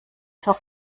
zur